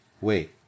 wait